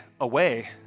away